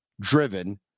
driven